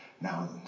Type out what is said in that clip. now